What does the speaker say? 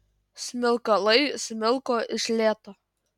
smilkalai smilko iš lėto